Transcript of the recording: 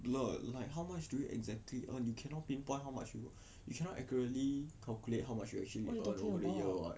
what you talking about